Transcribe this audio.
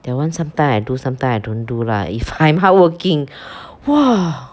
that [one] sometime I do sometime I don't do lah if I'm hardworking !wah!